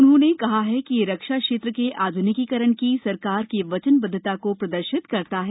उन्होंने कहा कि यह रक्षा क्षेत्र के आध्निकीकरण की सरकार की वचनबद्वता को प्रदर्शित करता है